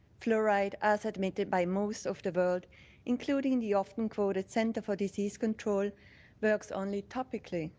fluoride as admitted by most of the world including the often quoted centre for disease control works only topically.